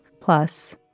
plus